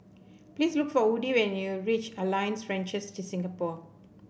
please look for Woody when you reach Alliance Francaise de Singapour